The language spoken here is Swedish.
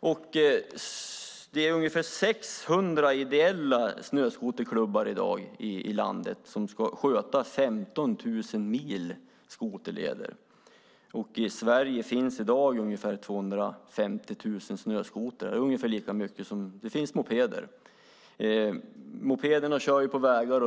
Det finns i dag i vårt land ungefär 600 ideella snöskoterklubbar som ska sköta 15 000 mil skoterleder. I Sverige finns det också ungefär 250 000 snöskotrar, alltså ungefär lika mycket som antalet mopeder. Mopederna körs på vägar.